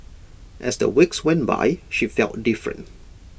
as the weeks went by she felt different